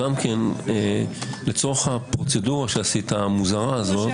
לצורך הפרוצדורה המוזרה הזאת שעשית.